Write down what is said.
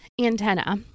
antenna